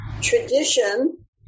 tradition